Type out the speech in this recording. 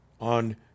on